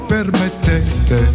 Permettete